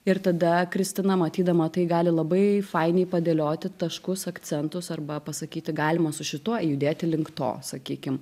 ir tada kristina matydama tai gali labai fainiai padėlioti taškus akcentus arba pasakyti galima su šituo judėti link to sakykim